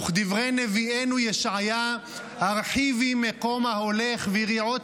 וכדברי נביאנו ישעיהו: "הרחיבי מקום אהלך ויריעות